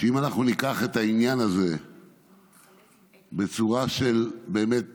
שאם אנחנו ניקח את העניין הזה בצורה של באמת